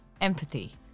empathy